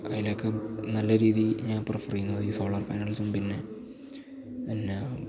അതിലൊക്കെയും നല്ല രീതിയില് ഞാൻ പ്രിഫര് ചെയ്യുന്നത് ഈ സോളർ പാനൽസും പിന്നെ എല്ലാം